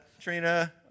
Trina